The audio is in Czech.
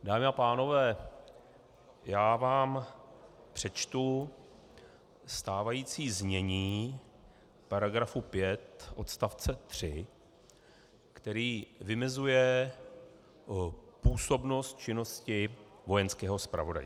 Dámy a pánové, já vám přečtu stávající znění § 5 odst. 3, který vymezuje působnost činnosti Vojenského zpravodajství.